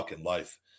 life